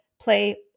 play